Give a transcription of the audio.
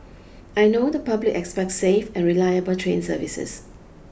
I know the public expects safe and reliable train services